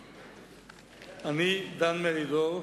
אני, דן מרידור,